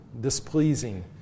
displeasing